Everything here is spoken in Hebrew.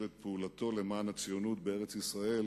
את פעולתו למען הציונות בארץ-ישראל